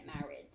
married